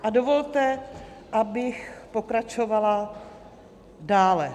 A dovolte, abych pokračovala dále.